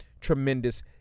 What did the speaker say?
tremendous